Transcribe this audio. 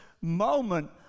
moment